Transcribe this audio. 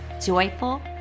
joyful